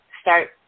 start